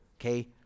okay